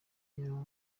baba